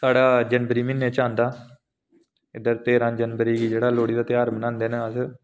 लोह्ड़ी दा ध्यार जेह्ड़ा औंदा ओह् जनवरी च औंदा ऐ तेरां जनवरी गी लोह्ड़ी दा ध्यार मनादें आं अस